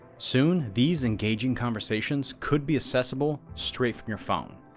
soon, these engaging conversations could be accessible straight from your phone,